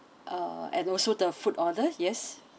uh and also the food order yes